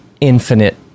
infinite